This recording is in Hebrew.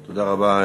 תודה רבה,